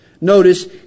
Notice